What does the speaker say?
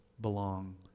belong